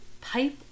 pipe